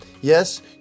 Yes